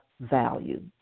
value